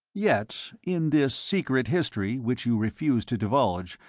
yet, in this secret history which you refuse to divulge,